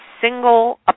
single